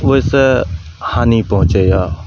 ओहिसॅं हानि पहुँचैया